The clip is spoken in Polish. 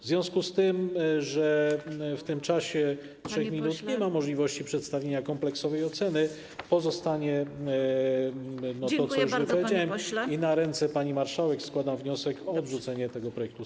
W związku z tym, że w czasie 3 minut nie ma możliwości przedstawienia kompleksowej oceny, pozostanie wypowiedziane to, co już powiedziałem, a na ręce pani marszałek składam wniosek o odrzucenie tego projektu ustawy.